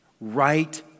Right